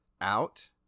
out